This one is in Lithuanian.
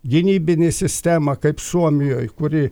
gynybinė sistema kaip suomijoj kuri